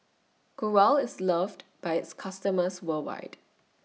Growell IS loved By its customers worldwide